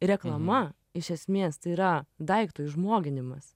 reklama iš esmės tai yra daikto įžmoginimas